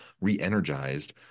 re-energized